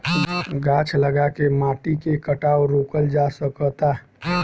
गाछ लगा के माटी के कटाव रोकल जा सकता